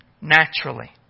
naturally